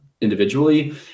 individually